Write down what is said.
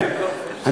אתה